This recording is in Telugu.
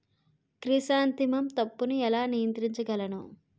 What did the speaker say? క్రిసాన్తిమం తప్పును ఎలా నియంత్రించగలను?